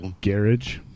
Garage